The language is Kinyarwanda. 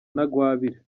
ntagwabira